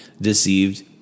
deceived